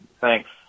thanks